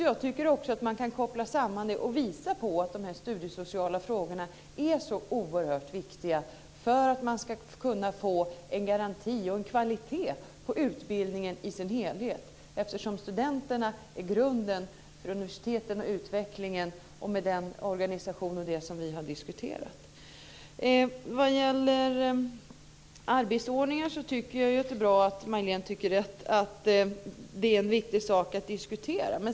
Jag tycker att man kan koppla samman detta och visa på att de studiesociala frågorna är oerhört viktiga för att man ska kunna få garanti och kvalitet på utbildningen i dess helhet, eftersom studenterna är grunden för universiteten, utvecklingen och den organisation vi har diskuterat. Vad gäller arbetsordningar tycker jag att det är bra att Majléne tycker att det är en viktig sak att diskutera.